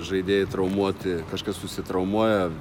žaidėjai traumuoti kažkas susitraumuoja